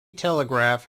telegraph